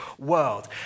world